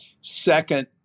Second